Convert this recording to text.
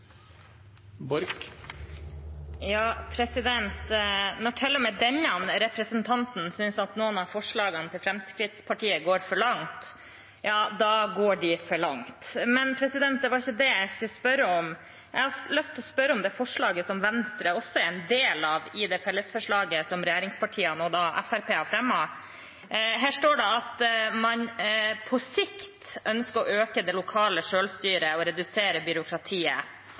denne representanten syns at noen av forslagene til Fremskrittspartiet går for langt, da går de for langt. Men det var ikke det jeg skulle spørre om. Jeg har lyst til å spørre om det forslaget som Venstre også er en del av, det fellesforslaget som regjeringspartiene og Fremskrittspartiet har fremmet. Her står det at man på sikt ønsker å øke det lokale selvstyret og redusere byråkratiet